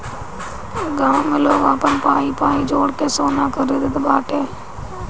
गांव में लोग आपन पाई पाई जोड़ के सोना खरीदत बाने